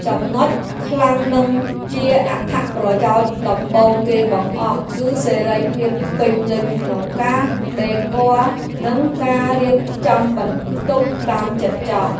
ចំណុចខ្លាំងនិងជាអត្ថប្រយោជន៍ដំបូងគេបង្អស់គឺសេរីភាពពេញលេញក្នុងការដេគ័រនិងការរៀបចំបន្ទប់តាមចិត្តចង់។